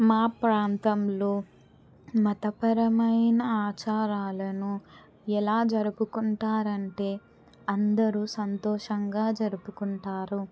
మా ప్రాంతంలో మతపరమైన ఆచారాలను ఎలా జరుపుకుంటారంటే అందరు సంతోషంగా జరుపుకుంటారు